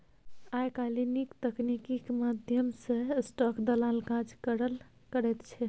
आय काल्हि नीक तकनीकीक माध्यम सँ स्टाक दलाल काज करल करैत छै